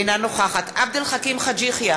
אינה נוכחת עבד אל חכים חאג' יחיא,